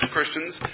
Christians